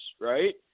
right